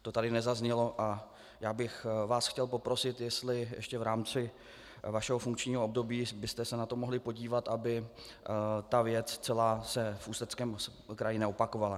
To tady nezaznělo a já bych vás chtěl poprosit, jestli ještě v rámci vašeho funkčního období byste se na to mohli podívat, aby ta celá věc se v Ústeckém kraji neopakovala.